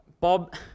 Bob